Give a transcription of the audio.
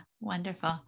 wonderful